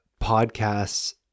podcasts